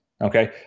okay